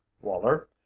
Waller